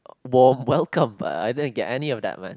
warm welcome but I didn't get any of that man